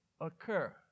occur